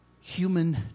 human